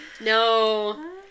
No